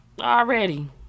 already